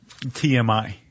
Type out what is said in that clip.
TMI